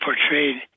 portrayed